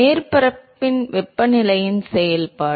மேற்பரப்பின் வெப்பநிலையின் செயல்பாடு